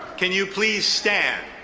can you please stand?